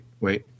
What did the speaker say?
wait